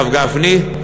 הרב גפני,